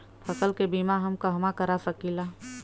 फसल के बिमा हम कहवा करा सकीला?